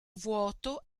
vuoto